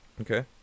Okay